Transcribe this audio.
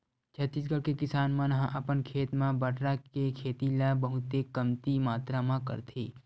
छत्तीसगढ़ के किसान मन ह अपन खेत म बटरा के खेती ल बहुते कमती मातरा म करथे